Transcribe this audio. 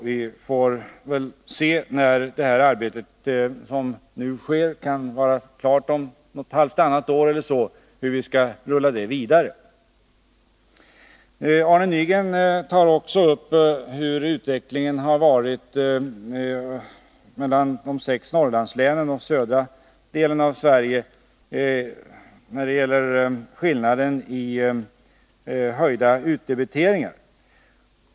Vi får väl se när detta arbete är klart — om halvtannat år eller så vet vi kanske hur vi skall rulla det vidare. Arne Nygren talade också om utvecklingen i de sex Norrlandslänen och i södra delen av Sverige när det gäller skillnader i fråga om höjda utdebiteringar.